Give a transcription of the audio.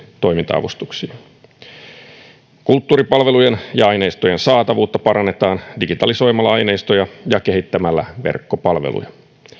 toiminta avustuksiin kulttuuripalvelujen ja aineistojen saatavuutta parannetaan digitalisoimalla aineistoja ja kehittämällä verkkopalveluja